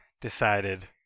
decided